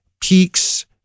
peaks